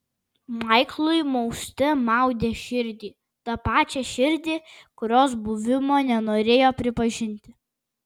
maiklui mauste maudė širdį tą pačią širdį kurios buvimo nenorėjo pripažinti